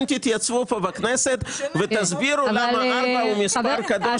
תתייצבו כאן בכנסת ותסבירו למה ארבע הוא מספר קדוש.